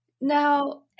Now